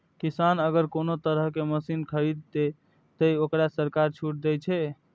किसान अगर कोनो तरह के मशीन खरीद ते तय वोकरा सरकार छूट दे छे?